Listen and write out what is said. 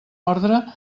ordre